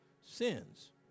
Sins